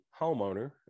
homeowner